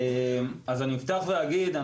אפתח ואגיד,